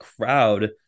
crowd